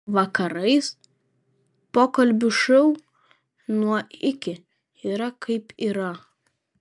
vakarais pokalbių šou nuo iki yra kaip yra